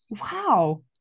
Wow